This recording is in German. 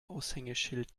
aushängeschild